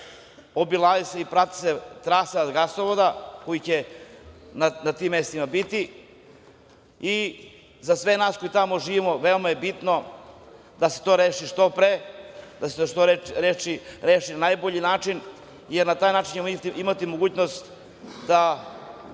obilazi se i prati se trasa od gasovoda koji će na tim mestima biti i za sve nas koji tamo živimo veoma je bitno da se to reši što pre, na najbolji način, jer ćemo tako imati mogućnost da